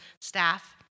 staff